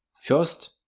First